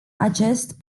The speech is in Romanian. acest